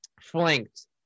flanked